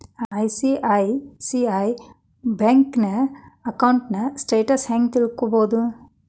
ICICI ಬ್ಯಂಕಿನ ಅಕೌಂಟಿನ್ status ಹೆಂಗ್ ತಿಳ್ಕೊಬೊದು?